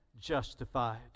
justified